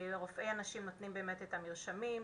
רופאי הנשים נותנים באמת את המרשמים,